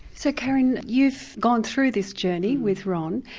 so karen you've gone through this journey with ron,